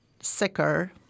sicker